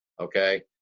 Okay